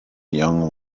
young